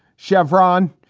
chevron,